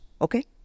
Okay